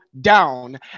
down